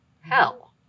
hell